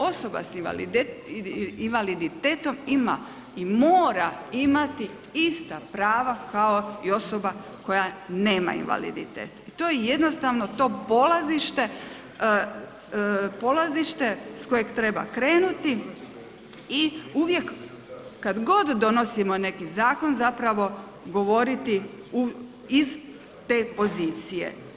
Osoba s invaliditetom ima i mora imati ista prava kao i osoba koja nema invaliditet i to je jednostavno to polazište s kojeg treba krenuti i uvijek kad god donosimo neki zakon zapravo govoriti iz te pozicije.